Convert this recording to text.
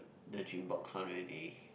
the Gymbox one already